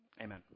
Amen